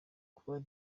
kuba